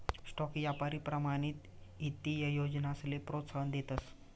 stock यापारी प्रमाणित ईत्तीय योजनासले प्रोत्साहन देतस